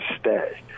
stay